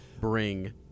bring